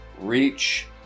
reach